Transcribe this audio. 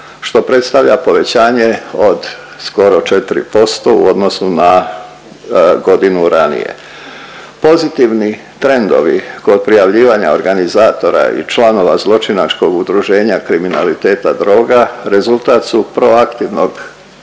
što predstavlja povećanje od skoro 4% u odnosu na godinu ranije. Pozitivni trendovi kod prijavljivanja organizatora i članova zločinačkog udruženja kriminaliteta droga rezultat su proaktivnog